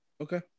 okay